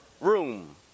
room